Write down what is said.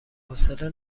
حوصله